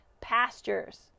pastures